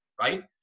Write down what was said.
Right